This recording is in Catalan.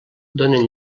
donen